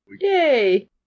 yay